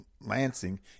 Lansing